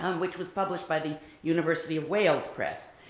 which was published by the university of wales press.